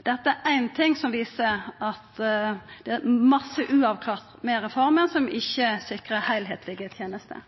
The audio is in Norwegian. Dette er éin ting som viser at det er mykje uavklart med reforma, som ikkje sikrar heilskaplege tenester.